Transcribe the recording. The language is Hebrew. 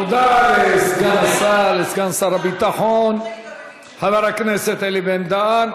תודה לסגן שר הביטחון חבר הכנסת אלי בן-דהן.